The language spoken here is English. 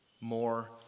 more